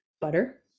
Butter